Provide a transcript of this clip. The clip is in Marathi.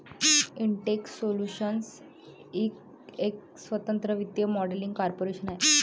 इंटेक्स सोल्यूशन्स इंक एक स्वतंत्र वित्तीय मॉडेलिंग कॉर्पोरेशन आहे